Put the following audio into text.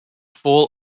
full